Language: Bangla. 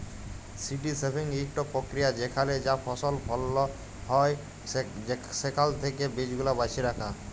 সি.ডি সেভিং ইকট পক্রিয়া যেখালে যা ফসল ফলল হ্যয় সেখাল থ্যাকে বীজগুলা বাছে রাখা